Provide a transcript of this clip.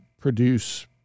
produce